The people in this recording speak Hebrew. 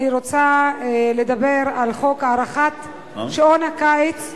אני רוצה לדבר על חוק הארכת שעון הקיץ,